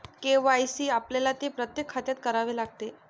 KYC आपल्याला ते प्रत्येक खात्यात करावे लागते